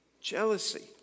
Jealousy